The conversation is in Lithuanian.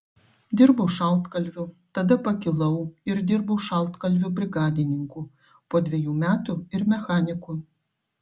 dirbau šaltkalviu tada pakilau ir dirbau šaltkalviu brigadininku po dviejų metų ir mechaniku